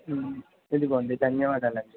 ఇదిగోండి ధన్యవాదాలు అండి